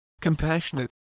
compassionate